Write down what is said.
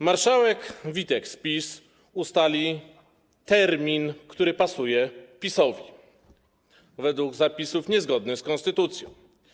Marszałek Witek z PiS ustali termin, który pasuje PiS-owi, według zapisów niezgodnych z konstytucją.